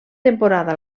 temporada